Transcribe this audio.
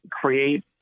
create